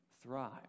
thrive